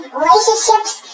relationships